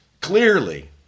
Clearly